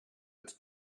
its